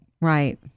right